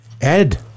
Ed